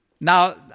Now